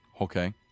Okay